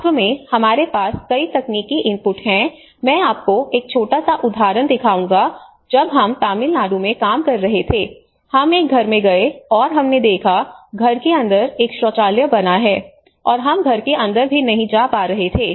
वास्तव में हमारे पास कई तकनीकी इनपुट हैं मैं आपको एक छोटा सा उदाहरण दिखाऊंगा जब हम तमिलनाडु में काम कर रहे थे हम एक घर में गए और हमने देखा घर के अंदर एक शौचालय बनाया है और हम घर के अंदर भी नहीं जा पा रहे थे